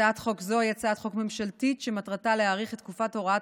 הצעת חוק זו היא הצעת חוק ממשלתית שמטרתה להאריך את תקופת הוראת